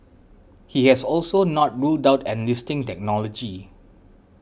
he has also not ruled out enlisting technology